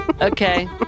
Okay